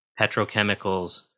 petrochemicals